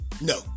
No